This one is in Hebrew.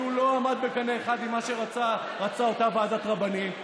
כי הוא לא עלה בקנה אחד עם מה שרצתה אותה ועדת רבנים,